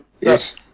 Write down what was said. yes